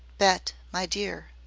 bet, my dear.